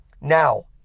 Now